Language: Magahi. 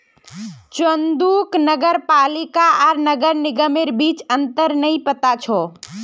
चंदूक नगर पालिका आर नगर निगमेर बीच अंतर नइ पता छ